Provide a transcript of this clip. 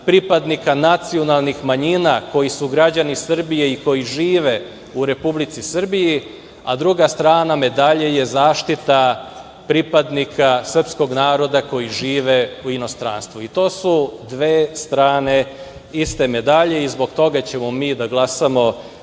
pripadnika nacionalnih manjina koji su građani Srbije i koji žive u Republici Srbiji, a druga strana medalje je zaštita pripadnika srpskog naroda koji žive u inostranstvu. To su dve strane iste medalje i zbog toga ćemo mi da glasamo